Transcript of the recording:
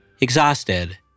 Exhausted